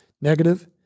negative